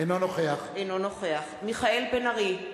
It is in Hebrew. אינו נוכח מיכאל בן-ארי,